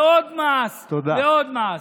ועוד מס, ועוד מס.